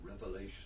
Revelation